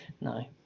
no